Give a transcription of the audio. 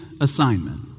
assignment